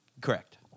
Correct